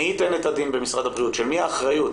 מי ייתן את הדין במשרד הבריאות, של מי האחריות?